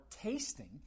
tasting